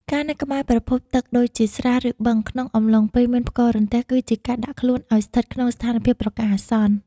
ការនៅក្បែរប្រភពទឹកដូចជាស្រះ ឬបឹងក្នុងអំឡុងពេលមានផ្គររន្ទះគឺជាការដាក់ខ្លួនឱ្យស្ថិតក្នុងស្ថានភាពប្រកាសអាសន្ន។